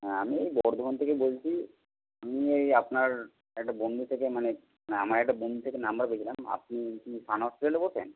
হ্যাঁ আমি এই বর্ধমান থেকে বলছি আমি এই আপনার একটা বন্ধু থেকে মানে মানে আমার একটা বন্ধুর থেকে নম্বর পেয়েছিলাম আপনি কি সান হসপিটালে বসেন